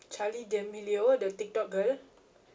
charli d'amelio the tiktok girl